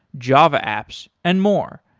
java apps and more.